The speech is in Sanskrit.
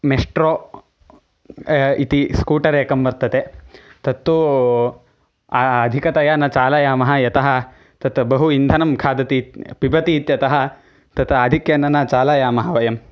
मेस्ट्रो इति स्कूटर् एकं वर्तते तत्तु अधिकतया न चालयामः यतः तत् बहु इन्धनं खादति पिबति इत्यतः तत् आधिक्येन न चालयामः वयं